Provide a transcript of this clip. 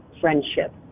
friendship